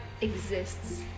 exists